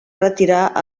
retirar